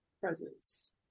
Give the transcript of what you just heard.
presence